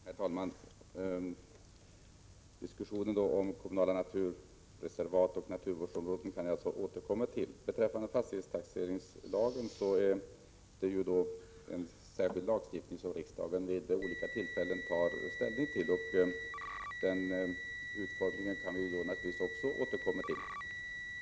Herr talman! Diskussionen om kommunala naturreservat och naturvårdsområden får jag då återkomma till. Fastighetstaxeringslagen är en särskild lagstiftning som riksdagen vid olika tillfällen tar ställning till. Utformningen kan vi naturligtvis också återkomma till.